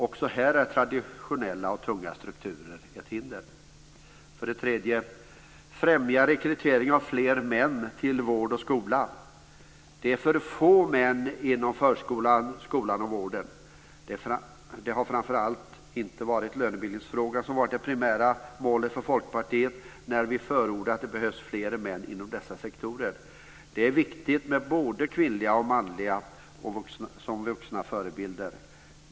Också här är traditionella och tunga strukturer ett hinder. För det tredje: Främja rekrytering av fler män till vård och skola. Det är för få män inom förskolan, skolan och vården. Det har framför allt inte varit lönebildningsfrågan som har varit det primära målet för Folkpartiet när vi förordat att det behövs fler män inom dessa sektorer. Det är viktigt med både kvinnliga och manliga vuxna förebilder.